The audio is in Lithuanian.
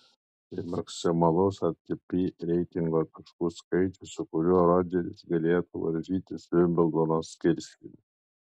tai maksimalus atp reitingo taškų skaičius su kuriuo rogeris galėtų varžytis vimbldono skirstyme